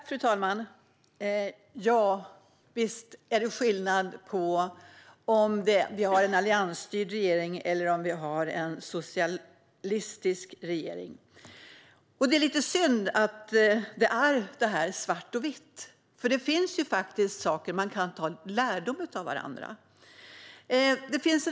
Fru talman! Visst är det skillnad på om det är en alliansstyrd regering eller en socialistisk regering. Det är lite synd att det är så svart och vitt. Det finns faktiskt saker man kan ta lärdom av varandra.